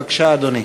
בבקשה, אדוני.